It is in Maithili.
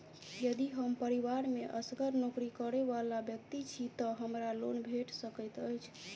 यदि हम परिवार मे असगर नौकरी करै वला व्यक्ति छी तऽ हमरा लोन भेट सकैत अछि?